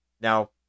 Now